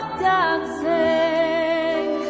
dancing